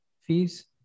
fees